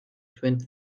twenty